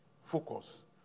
Focus